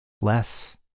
Less